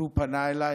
והוא פנה אליי.